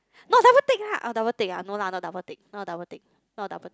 not double tick lah double tick ah no lah double tick not a double tick not a double tick